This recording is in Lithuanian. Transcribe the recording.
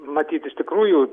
matyt iš tikrųjų